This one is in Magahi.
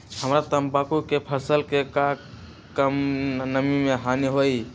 हमरा तंबाकू के फसल के का कम नमी से हानि होई?